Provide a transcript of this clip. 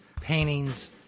paintings